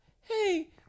hey